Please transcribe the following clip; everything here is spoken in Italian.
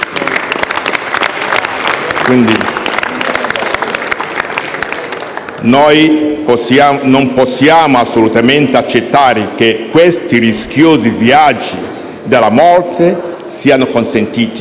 L-SP)*. Non possiamo assolutamente accettare che questi rischiosi viaggi della morte siano consentiti.